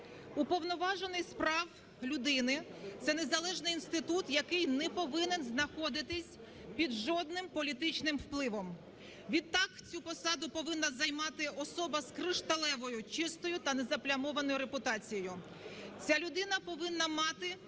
Уповноважений з прав людини – це незалежний інститут, який не повинен знаходитись під жодним політичним впливом. Відтак цю посаду повинна займати особа з кришталевою, чистою та незаплямованою репутацією. Ця людина повинна мати